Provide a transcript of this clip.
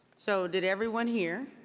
so did everyone hear?